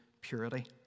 purity